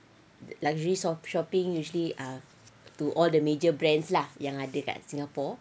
luxury sho~ shopping usually um to all the major brands lah yang ada dekat singapore